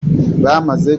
bamaze